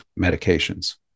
medications